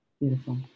Beautiful